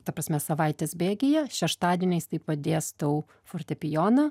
ta prasme savaitės bėgyje šeštadieniais taip pat dėstau fortepijoną